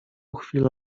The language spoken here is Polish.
chwilę